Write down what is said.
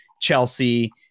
Chelsea